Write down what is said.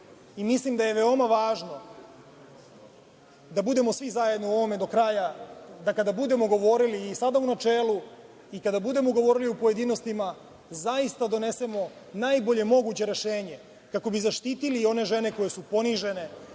i mislim da je veoma važno da budemo svi zajedno u ovome dokraja, da kada budemo govorili u načelu i kada budemo govorili u pojedinostima, zaista donesemo najbolje moguće rešenje, kako bi zaštitili one žene koje su ponižene,